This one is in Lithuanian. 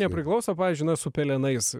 nepriklauso pavyzdžiui na su pelenais